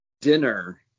dinner